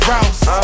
Rouse